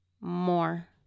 more